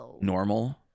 normal